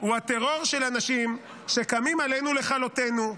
הוא הטרור של אנשים שקמים עלינו לכלותנו.